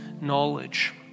knowledge